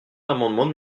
l’amendement